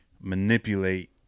manipulate